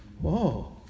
whoa